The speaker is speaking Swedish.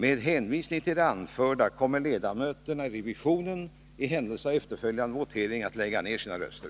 Med hänvisning till det anförda kommer ledamöterna i revisionen i händelse av en efterföljande votering att lägga ned sina röster.